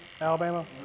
Alabama